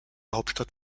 hauptstadt